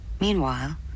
Meanwhile